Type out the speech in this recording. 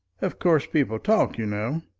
of course people talk, you know.